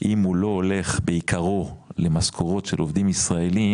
אם הוא לא הולך בעיקרו למשכורות של עובדים ישראלים,